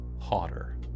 hotter